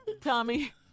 Tommy